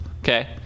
okay